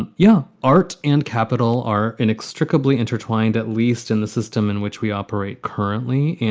and yeah, art and capital are inextricably intertwined, at least in the system in which we operate currently. and,